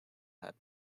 had